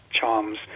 charms